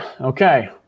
Okay